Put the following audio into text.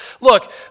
Look